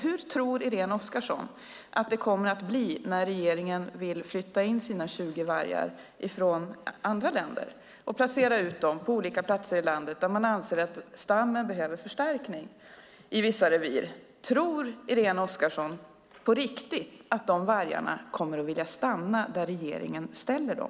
Hur tror Irene Oskarsson att det kommer att bli när regeringen vill flytta in 20 vargar från andra länder och placera ut dem på olika platser i landet i revir där man anser att stammen behöver förstärkning? Tror Irene Oskarsson verkligen att dessa vargar kommer att vilja stanna där regeringen placerar dem?